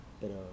pero